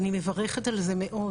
אני מברכת על זה מאד,